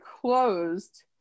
closed